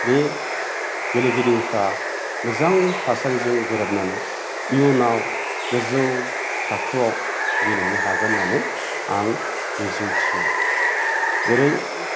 बे गेलेगिरिफ्रा मोजां थासारिजों गोरोबनानै इयुनाव गोजौ थाखोआव गेलेहैनो हागोन होननानै आं मिजिं थियो जेरै